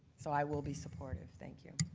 so i will be supportive, thank you.